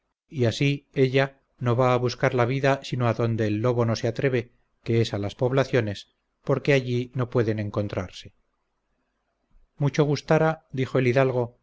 y así ella no va a buscar la vida sino adonde el lobo no se atreve que es a las poblaciones porque allí no pueden encontrarse mucho gustara dijo el hidalgo